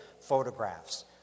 photographs